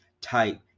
type